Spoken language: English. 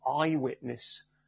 eyewitness